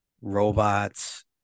robots